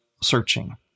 searching